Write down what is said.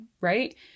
right